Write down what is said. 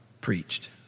preached